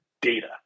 data